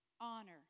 Honor